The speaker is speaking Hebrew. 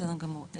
בסדר גמור,